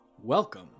Welcome